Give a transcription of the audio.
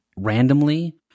randomly